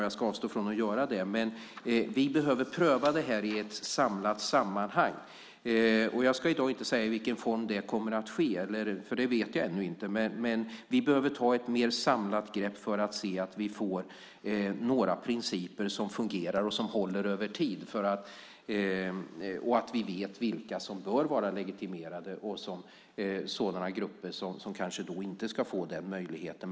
Jag ska avstå från att göra det, men vi behöver pröva det här i ett samlat sammanhang. Jag ska i dag inte säga i vilken form det kommer att ske, för det vet jag ännu inte. Men vi behöver ta ett mer samlat grepp för att se att vi får principer som fungerar och som håller över tid. Vi behöver veta vilka grupper som bör vara legitimerade och vilka som kanske inte ska få den möjligheten.